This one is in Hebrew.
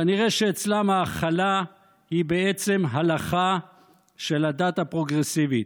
כנראה שאצלם ההכלה היא בעצם הלכה של הדת הפרוגרסיבית.